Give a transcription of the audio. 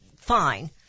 fine